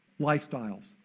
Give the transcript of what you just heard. lifestyles